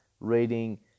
rating